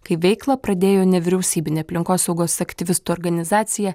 kai veiklą pradėjo nevyriausybinė aplinkosaugos aktyvistų organizacija